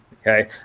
okay